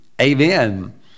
amen